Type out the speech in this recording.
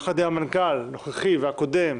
יחד עם המנכ"ל הנוכחי והקודם,